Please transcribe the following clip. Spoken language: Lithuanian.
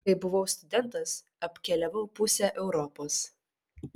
kai buvau studentas apkeliavau pusę europos